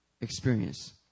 experience